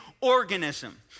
organism